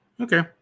Okay